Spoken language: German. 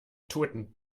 toten